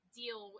deal